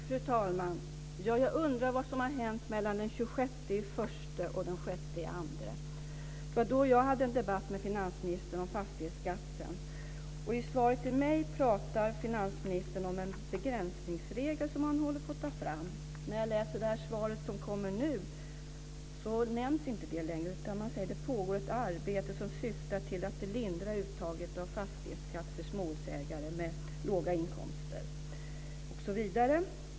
Fru talman! Jag undrar vad som har hänt mellan den 26 januari och den 6 februari. Det var den 26 januari jag hade en debatt med finansministern om fastighetsskatten. I svaret till mig pratar finansministern om en begränsningsregel som han håller på att ta fram. När jag läser det svar som kommer nu ser jag att det inte nämns längre. Man säger att det pågår ett arbete som syftar till att lindra uttaget av fastighetsskatt för småhusägare med låga inkomster.